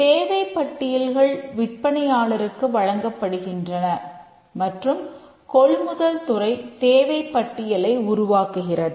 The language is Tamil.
தேவை பட்டியல்கள் விற்பனையாளருக்கு வழங்கப்படுகின்றன மற்றும் கொள்முதல் துறை தேவைப் பட்டியலை உருவாக்குகிறது